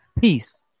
peace